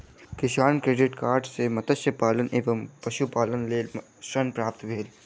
किसान credit card सॅ मत्स्य पालन एवं पशुपालनक लेल ऋण प्राप्त भेल